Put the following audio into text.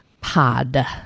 Pod